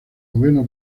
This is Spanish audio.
gobierno